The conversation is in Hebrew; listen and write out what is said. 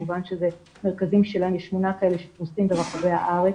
כמובן שאלה מרכזים שפרוסים ברחבי הארץ.